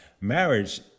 marriage